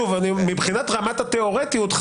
מבחינה תיאורטית,